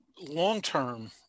long-term